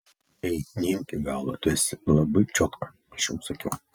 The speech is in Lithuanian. ei neimk į galvą tu esi labai čiotka aš jau sakiau